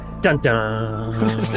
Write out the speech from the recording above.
Dun-dun